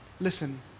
listen